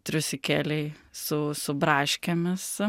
triusikėliai su su braškėmis